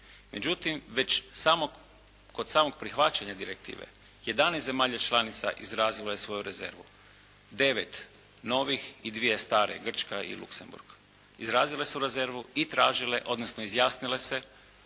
Međutim, već kod samog prihvaćanja direktive 11 zemalja članica izrazilo je svoju rezervu, devet novih i dvije stare Grčka i Luksemburg, izrazile su rezervu i tražile, odnosno izjasnile se